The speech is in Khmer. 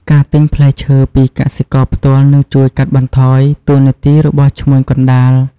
ការទិញផ្លែឈើពីកសិករផ្ទាល់នឹងជួយកាត់បន្ថយតួនាទីរបស់ឈ្មួញកណ្តាល។